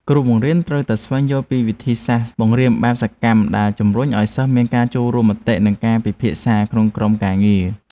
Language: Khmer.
គ្រូបង្រៀនត្រូវតែស្វែងយល់ពីវិធីសាស្ត្របង្រៀនបែបសកម្មដែលជំរុញឱ្យសិស្សមានការចូលរួមមតិនិងការពិភាក្សាក្នុងក្រុមការងារ។